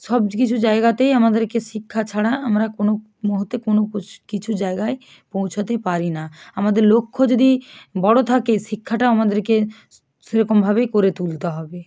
সব কিছু জায়গাতেই আমাদেরকে শিক্ষা ছাড়া আমরা কোনো মুহূর্তে কোনো পোস কিছু জায়গায় পৌঁছাতে পারি না আমাদের লক্ষ্য যদি বড়ো থাকে শিক্ষাটা আমাদেরকে সেরকমভাবেই করে তুলতে হবে